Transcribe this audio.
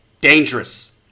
dangerous